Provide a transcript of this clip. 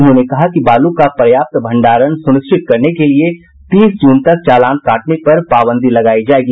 उन्होंने कहा कि बालू का पर्याप्त भंडारण सुनिश्चित करने के लिए तीस जून तक चालान काटने पर पाबंदी लगायी जायेगी